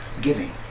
giving